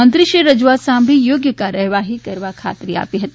મંત્રીશ્રીએ રજૂઆત સાંભળી યોગ્ય કાર્યવાહી કરવા ખાત્રી આપી હતી